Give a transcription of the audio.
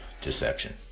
deception